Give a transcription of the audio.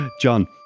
John